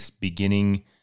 beginning